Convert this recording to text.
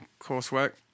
coursework